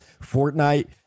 Fortnite